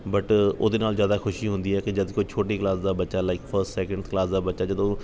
but ਉਹਦੇ ਨਾਲ ਜ਼ਿਆਦਾ ਖੁਸ਼ੀ ਹੁੰਦੀ ਹੈ ਕੇ ਜਦੋਂ ਕੋਈ ਛੋਟੀ ਕਲਾਸ ਦਾ ਬੱਚਾ ਲਾਈਕ ਫਸਟ ਸੈਕਿੰਡ ਥ ਕਲਾਸ ਦਾ ਬੱਚਾ ਜਦੋਂ